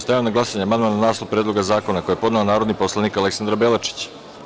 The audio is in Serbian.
Stavljam na glasanje amandman na naslov Predloga zakona koji je podnela narodni poslanik Aleksandra Belačić.